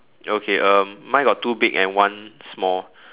okay um mine got two big and one small